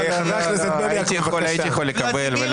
הייתי יכול לקבל ולא ביקשתי.